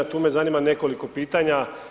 Tu me zanima nekoliko pitanja.